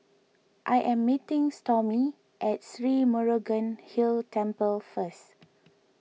I am meeting Stormy at Sri Murugan Hill Temple first